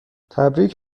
تبریک